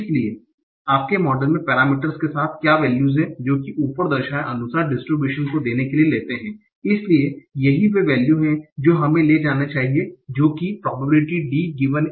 इसलिए आपके मॉडल में पैरामीटरस के साथ क्या वैल्यूस हैं जो कि ऊपर दर्शाए अनुसार डिस्ट्रिब्यूशन को देने के लिए लेते हैं इसलिए यही वे मूल्य हैं जो हमें ले जाने चाहिए जो कि प्रोबेबिलिटी D